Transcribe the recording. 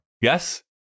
yes